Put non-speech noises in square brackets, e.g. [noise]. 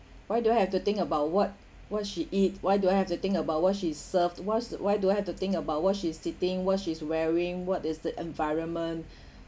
why do I have to think about what what she eat why do I have to think about what she served why why do I have to think about what she's sitting was she's wearing what is the environment [breath]